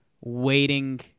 waiting